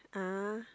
ah